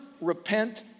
repent